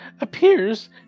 appears